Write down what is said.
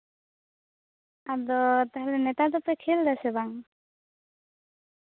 ᱟᱫᱚ ᱱᱮᱛᱟᱨ ᱫᱚᱯᱮ ᱠᱷᱮᱞ ᱮᱫᱟᱥᱮ ᱵᱟᱝ